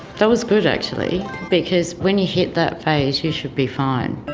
that was good actually because when you hit that phase you should be fine.